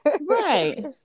Right